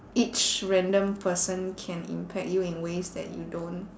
each random person can impact you in ways that you don't